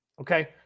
okay